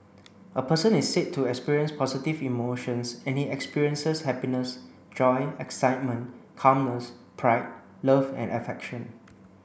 a person is said to experience positive emotions and he experiences happiness joy excitement calmness pride love and affection